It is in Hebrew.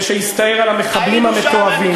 כשהסתער על המחבלים המתועבים,